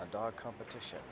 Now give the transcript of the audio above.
a dog competition